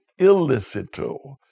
illicito